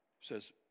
says